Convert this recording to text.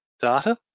data